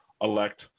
elect –